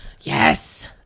Yes